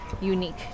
unique